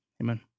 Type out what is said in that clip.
Amen